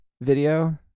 video